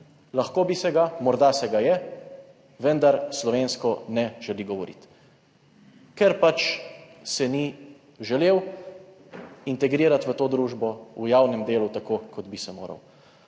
Lahko bi se ga, morda se ga je, vendar slovensko ne želi govoriti, ker pač se ni želel integrirati v to družbo, v javnem delu tako kot bi se moral.